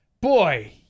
boy